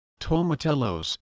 tomatillos